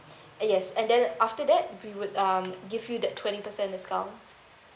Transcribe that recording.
uh yes and then after that we would um give you that twenty percent discount